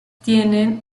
tienen